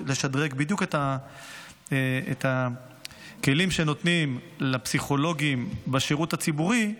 לשדרג בדיוק את הכלים שנותנים לפסיכולוגים בשירות הציבורי,